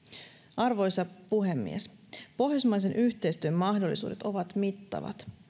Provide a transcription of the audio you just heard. arvoisa puhemies pohjoismaisen yhteistyön mahdollisuudet ovat mittavat